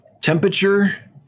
Temperature